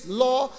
law